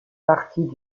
partie